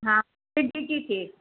हा एसिडिटी थी थिए